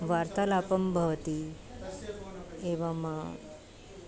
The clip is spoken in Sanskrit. वार्तालापः भवति एवम्